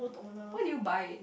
why do you buy it